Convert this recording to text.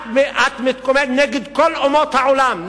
את מתקוממת נגד כל אומות העולם,